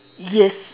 yes